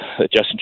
Justin